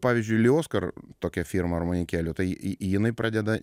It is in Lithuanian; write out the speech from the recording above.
pavyzdžiui lioskar tokia firma armonikėlių tai jinai pradeda